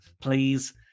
Please